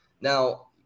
Now